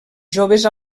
joves